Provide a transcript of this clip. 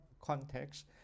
context